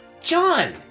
John